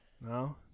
No